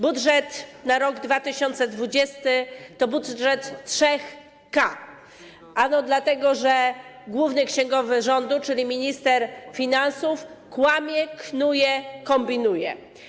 Budżet na rok 2020 to budżet trzech „k”, dlatego że główny księgowy rządu, czyli minister finansów, kłamie, knuje, kombinuje.